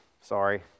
Sorry